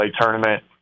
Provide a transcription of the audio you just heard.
tournament